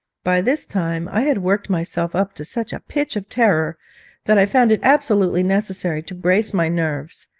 by this time i had worked myself up to such a pitch of terror that i found it absolutely necessary to brace my nerves,